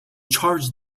charge